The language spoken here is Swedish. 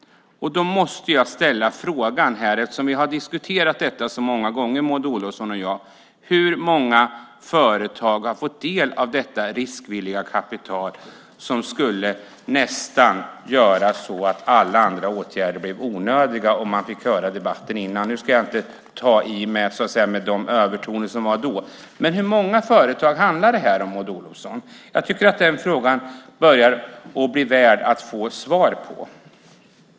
Då måste jag ställa en fråga. Vi har diskuterat detta så många gånger, Maud Olofsson och jag. Hur många företag har fått del av detta riskvilliga kapital som nästan skulle göra att alla andra åtgärder blev onödiga? Nu ska jag inte ta i de övertoner som varit i debatter innan. Men hur många företag handlar det om, Maud Olofsson? Jag tycker att frågan börjar bli värd att få ett svar.